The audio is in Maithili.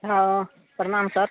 हँ प्रणाम सर